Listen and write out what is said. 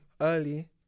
early